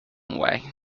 way